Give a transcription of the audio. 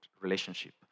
relationship